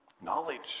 Knowledge